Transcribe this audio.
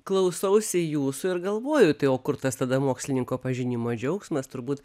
klausausi jūsų ir galvoju tai o kur tas tada mokslininko pažinimo džiaugsmas turbūt